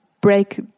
break